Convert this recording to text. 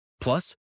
Plus